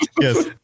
Yes